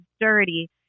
dirty